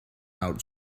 out